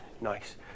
nice